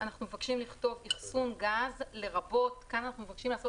אנחנו מבקשים לכתוב "אחסון גז לרבות" וכאן אנחנו מבקשים לעשות